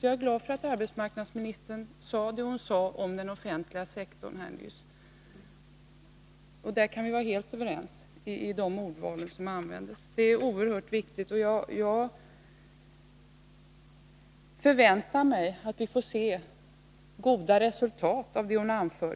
Jag är glad för vad arbetsmarknadsministern sade om att vi bör vara varsamma med den offentliga sektorn, och jag väntar mig nu att vi får se goda resultat.